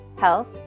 health